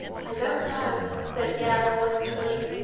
i don't know, said the animal wistfully,